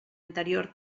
anterior